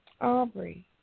Aubrey